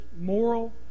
moral